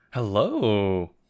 Hello